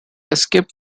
escaped